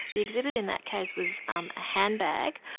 the exhibit in that case was um a handbag,